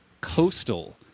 coastal